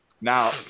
Now